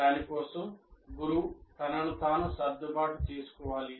దాని కోసం గురువు తనను తాను సర్దుబాటు చేసుకోవాలి